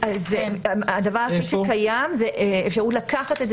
הדבר היחיד שקיים זה אפשרות לקחת את זה